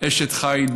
אשת חיל,